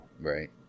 Right